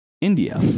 India